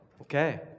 okay